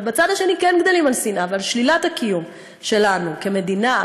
אבל בצד השני כן גדלים על שנאה ועל שלילת הקיום שלנו כמדינה,